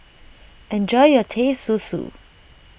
enjoy your Teh Susu